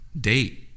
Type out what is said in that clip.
date